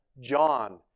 John